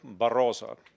Barroso